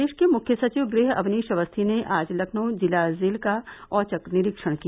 प्रदेश के मुख्य सचिव गृह अवनीश अवस्थी ने आज लखनऊ जिला जेल का औचक निरीक्षण किया